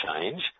change